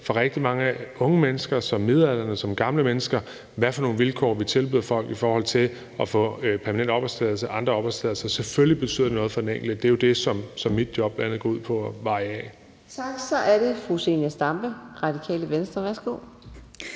for rigtig mange unge, midaldrende og gamle mennesker, hvad for nogle vilkår vi tilbyder folk i forhold til at få permanent opholdstilladelse eller andre opholdstilladelser. Selvfølgelig betyder det noget for den enkelte. Det er jo bl.a. det, som mit job går ud på at afveje. Kl. 15:33 Anden næstformand (Karina Adsbøl): Tak. Så er det fru Zenia Stampe, Radikale Venstre. Værsgo.